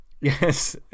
Yes